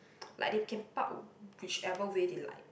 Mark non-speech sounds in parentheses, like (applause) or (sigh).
(noise) like they can park whichever way they like